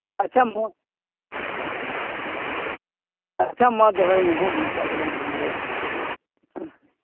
ᱟᱪᱪᱷᱟ ᱟᱪᱪᱷᱟ ᱢᱟ ᱫᱚᱦᱚᱭ ᱢᱮ ᱦᱮᱸ ᱤᱱᱠᱟ ᱜᱮᱞᱟᱝ ᱜᱟᱞᱢᱟᱨᱟᱣᱟ ᱦᱮᱸ